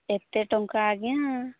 ଏତେ ଟଙ୍କା ଆଜ୍ଞା